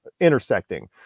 intersecting